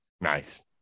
Nice